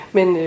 Men